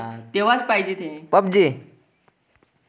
मी शाळेत वाचले आहे की बंगालमध्ये कोळंबी शेती मोठ्या प्रमाणावर केली जाते